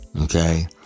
Okay